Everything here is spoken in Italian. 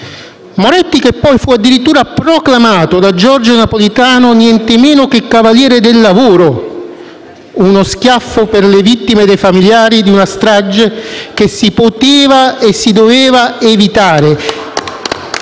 Moretti che poi fu addirittura proclamato da Giorgio Napolitano nientemeno che cavaliere del lavoro, uno schiaffo per le vittime e i familiari di una strage che si poteva e si doveva evitare